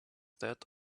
that